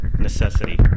necessity